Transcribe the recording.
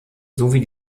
sowie